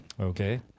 okay